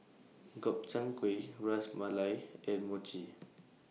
Gobchang Gui Ras Malai and Mochi